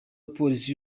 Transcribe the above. polisi